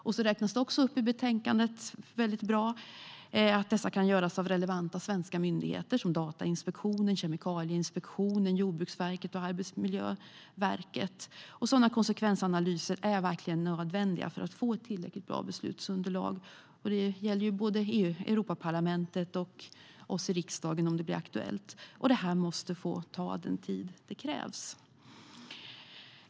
Det räknas upp i betänkandet att dessa kan göras av relevanta svenska myndigheter som Datainspektionen, Kemikalieinspektionen, Jordbruksverket och Arbetsmiljöverket. Sådana konsekvensanalyser är verkligen nödvändiga för att få ett tillräckligt bra beslutsunderlag. Det gäller både Europaparlamentet och oss i riksdagen, om det blir aktuellt. Det måste få ta den tid som krävs.